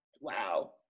Wow